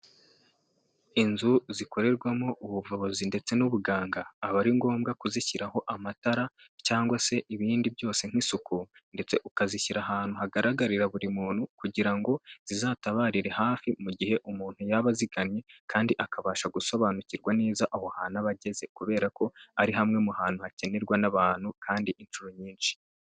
Inzu zikorerwamo ubuvuzi ndetse n'ubuganga, aba ari ngombwa kuzishyiraho amatara cyangwag se ibindi byose nk'isuku, ndetse ukazishyira ahantu hagaragarira buri muntu kugira ngo zizatabarire hafi mu gihe umuntu yaba azigannye, kandi akabasha gusobanukirwa neza aho hantu aba ageze kubera ko ari hamwe mu hantu hakenerwa n'abantu kandi inshuro nyinshi.